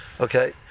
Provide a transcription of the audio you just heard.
Okay